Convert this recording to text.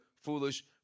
foolish